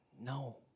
No